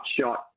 shot